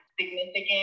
significant